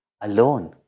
alone